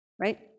right